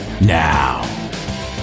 now